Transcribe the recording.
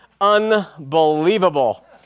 Unbelievable